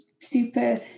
super